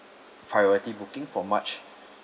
priority booking for march